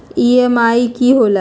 EMI की होला?